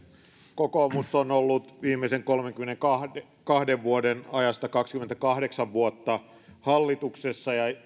kokoomus on ollut viimeisen kolmenkymmenenkahden vuoden ajasta kaksikymmentäkahdeksan vuotta hallituksessa ja